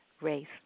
Race